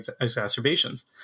exacerbations